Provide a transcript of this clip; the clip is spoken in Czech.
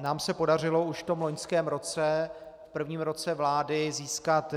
Nám se podařilo už v loňském roce, v prvním roce vlády, získat